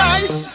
Nice